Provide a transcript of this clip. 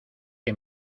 que